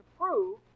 prove